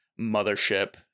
mothership